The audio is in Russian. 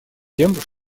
тем